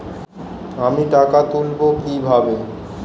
আমি টাকা তুলবো কি ভাবে?